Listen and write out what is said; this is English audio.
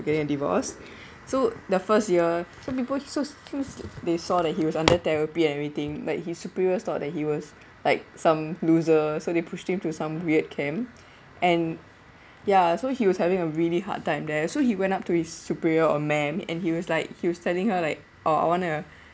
getting a divorce so the first year some people thought he was they saw that he was under therapy and everything like his superiors thought that he was like some losers so they pushed him to some weird camp and ya so he was having a really hard time there so he went up to his superior or ma'am and he was like he was telling her like orh I want to uh